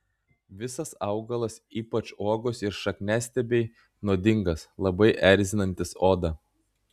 visas augalas ypač uogos ir šakniastiebiai nuodingas labai erzinantis odą